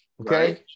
okay